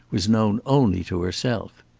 was known only to herself.